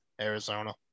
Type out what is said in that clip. Arizona